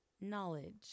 knowledge